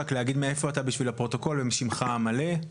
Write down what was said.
רק להגיד מאיפה אתה בשביל הפרוטוקול ושמך המלא.